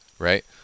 Right